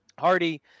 Hardy